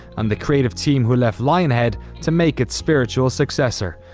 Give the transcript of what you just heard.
and the creative team who left lionhead to make its spiritual successor.